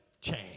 change